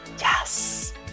Yes